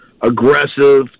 aggressive